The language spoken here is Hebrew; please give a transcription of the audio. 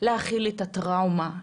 להכיל את הטראומה,